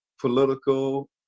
political